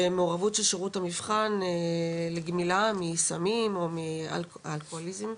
ומעורבות של שירות במבחן לגמילה מסמים או מאלכוהוליזם.